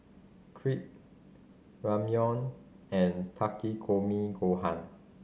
Crepe Ramyeon and Takikomi Gohan